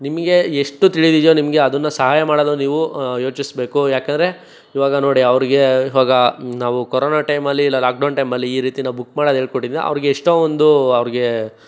ನಿಮಗೆ ಎಷ್ಟು ತಿಳಿದಿದೆಯೋ ನಿಮಗೆ ಅದನ್ನ ಸಹಾಯ ಮಾಡೋದು ನೀವು ಯೋಚಿಸಬೇಕು ಯಾಕಂದರೆ ಈವಾಗ ನೋಡಿ ಅವರಿಗೆ ಈವಾಗ ನಾವು ಕೊರೋನಾ ಟೈಮಲ್ಲಿ ಇಲ್ಲ ಲಾಕ್ಡೌನ್ ಟೈಮಲ್ಲಿ ಈ ರೀತಿ ನಾವು ಬುಕ್ ಮಾಡೋದು ಹೇಳ್ಕೊಟ್ಟಿದ್ರೆ ಅವರಿಗೆ ಎಷ್ಟೋ ಒಂದು ಅವರಿಗೆ